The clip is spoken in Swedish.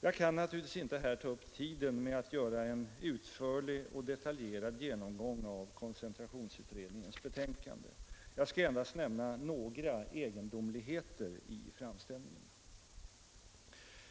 Jag kan naturligtvis inte här ta upp tiden med att göra en utförlig och detaljerad genomgång av koncentrationsutredningens betänkande. Jag skall endast nämna några egendomligheter i framställningen.